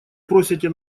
просите